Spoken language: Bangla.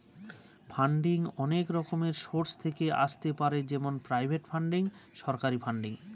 ফান্ডিং অনেক রকমের সোর্স থেকে আসতে পারে যেমন প্রাইভেট ফান্ডিং, সরকারি ফান্ডিং